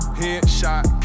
headshot